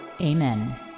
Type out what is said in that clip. Amen